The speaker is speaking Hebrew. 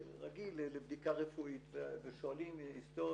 רגיל לבדיקה רפואית ושואלים היסטוריה,